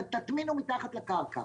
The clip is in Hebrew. תטמינו מתחת לקרקע.